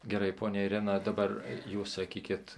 gerai ponia irena dabar jūs sakykit